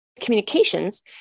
communications